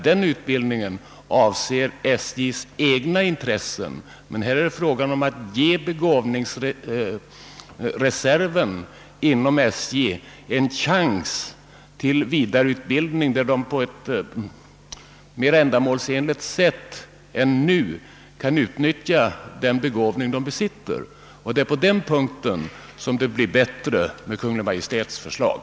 Den utbildningen avser SJ:s egna intressen, men här är det fråga om att ge begåvningsreserven inom SJ en chans till en vidareutbildning, som sätter vederbörande i stånd att på ett mera ändamålsenligt sätt än nu kunna utnyttja den begåvning han besitter. Det är på den punkten som det blir bättre med Kungl. Maj:ts förslag.